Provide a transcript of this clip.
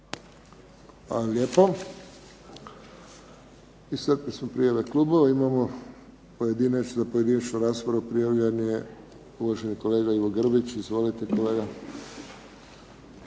Hvala lijepo. Iscrpili smo prijave klubova. Imamo za pojedinačnu raspravu, prijavljen je uvaženi kolega Ivo Grbić. Izvolite kolega.